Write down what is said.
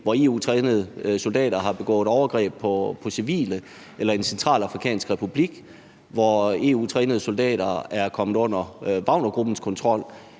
hvor EU-trænede soldater har begået overgreb på civile, eller i Den Centralafrikanske Republik, hvor EU-trænede soldater er kommet under Wagnergruppens kontrol,